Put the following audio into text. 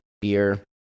Beer